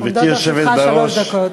עומדות לרשותך שלוש דקות.